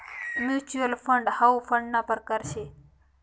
mutual fund हाउ फंडना परकार शे